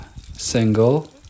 single